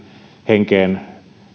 henkeen ja